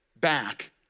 back